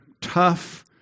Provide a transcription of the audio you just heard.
tough